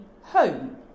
home